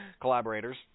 collaborators